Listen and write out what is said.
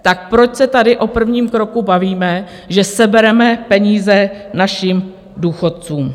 Tak proč se tady o prvním kroku bavíme, že sebereme peníze našim důchodcům?